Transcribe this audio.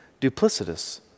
duplicitous